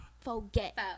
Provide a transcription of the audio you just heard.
Forget